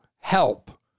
help